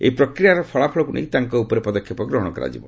ଏହି ପ୍ରକ୍ରିୟାର ଫଳାଫଳକୁ ନେଇ ତାଙ୍କ ଉପରେ ପଦକ୍ଷେପ ଗ୍ରହଣ କରାଯିବ